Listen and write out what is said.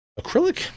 Acrylic